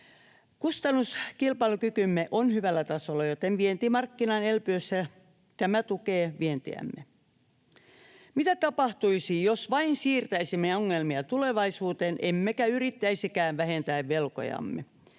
Kustannuskilpailukykymme on hyvällä tasolla, joten vientimarkkinan elpyessä tämä tukee vientiämme. Mitä tapahtuisi, jos vain siirtäisimme ongelmia tulevaisuuteen emmekä yrittäisikään vähentää velkojamme?